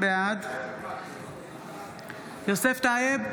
בעד יוסף טייב,